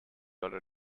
other